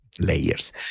layers